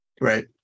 right